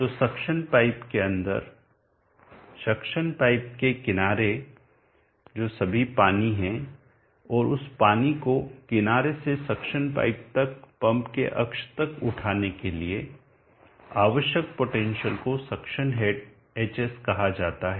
तो suction pipe के अंदर सक्शन पाइप के किनारे जो सभी पानी हैं और उस पानी को किनारे से सक्शन पाइप तक पंप के अक्ष तक उठाने के लिए आवश्यक पोटेंशियल को सक्शन हेड hs कहा जाता है